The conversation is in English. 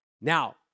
Now